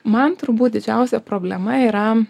man turbūt didžiausia problema yra